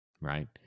right